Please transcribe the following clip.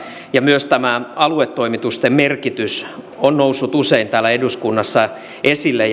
myös tämä aluetoimitusten merkitys on noussut usein täällä eduskunnassa esille